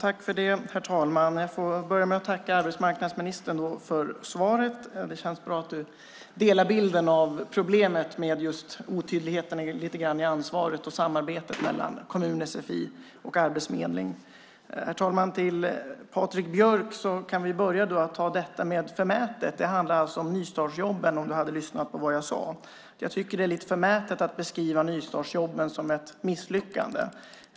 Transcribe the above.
Herr talman! Jag får börja med att tacka arbetsmarknadsministern för svaret. Det känns bra att du delar bilden av problemet med otydligheten i ansvaret och samarbetet mellan kommun, sfi och arbetsförmedling. Herr talman! Vad gäller Patrik Björck kan jag börja med att ta detta med "förmätet". Det handlade om nystartsjobben, om du hade lyssnat på vad jag sade. Det är lite förmätet att beskriva nystartsjobben som ett misslyckande.